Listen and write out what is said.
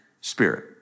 spirit